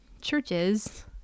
churches